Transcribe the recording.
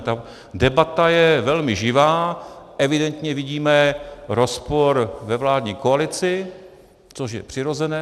Ta debata je velmi živá, evidentně vidíme rozpor ve vládní koalici, což je přirozené.